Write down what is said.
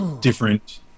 different